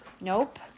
Nope